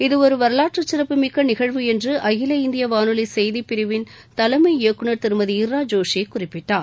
இதுவொரு வரலாற்றுச் சிறப்பு மிக்க நிகழ்வு என்று அகில இந்திய வானொலி செய்திப் பிரிவு தலைமை இயக்குநர் திருமதி இர்ரா ஜோஷி குறிப்பிட்டார்